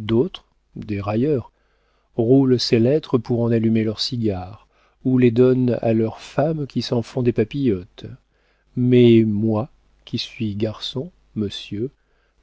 d'autres des railleurs roulent ces lettres pour en allumer leurs cigares ou les donnent à leurs femmes qui s'en font des papillotes mais moi qui suis garçon monsieur